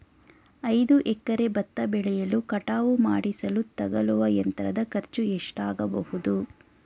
ಐದು ಎಕರೆ ಭತ್ತ ಬೆಳೆಯನ್ನು ಕಟಾವು ಮಾಡಿಸಲು ತಗಲುವ ಯಂತ್ರದ ಖರ್ಚು ಎಷ್ಟಾಗಬಹುದು?